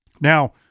Now